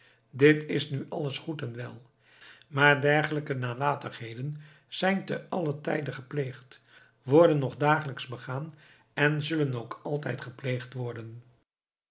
dit is nu alles goed en wel maar dergelijke nalatigheden zijn te allen tijde gepleegd worden nog dagelijks begaan en zullen ook altijd gepleegd worden